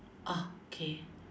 ah okay